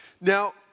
Now